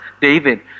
David